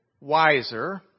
wiser